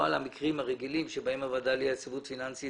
לא על המקרים הרגילים בהם הוועדה ליציבות פיננסית